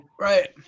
right